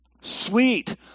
Sweet